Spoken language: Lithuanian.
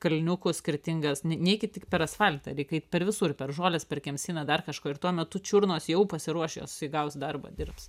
kalniukų skirtingas ne neikit tik per asfaltą reik eit per visur per žoles per kemsyną dar kažkur ir tuo metu čiurnos jau pasiruošę jos įgaus darbą dirbs